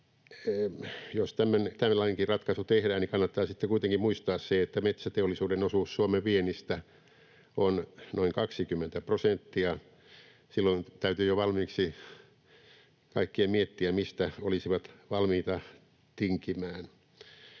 jos tällainenkin ratkaisu tehdään, niin kannattaa sitten kuitenkin muistaa se, että metsäteollisuuden osuus Suomen viennistä on noin 20 prosenttia. Silloin täytyy jo valmiiksi kaikkien miettiä, mistä olisivat valmiita tinkimään,